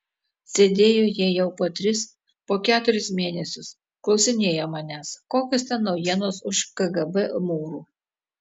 sėdėjo jie jau po tris po keturis mėnesius klausinėjo manęs kokios ten naujienos už kgb mūrų